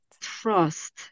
trust